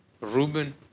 Reuben